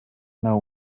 know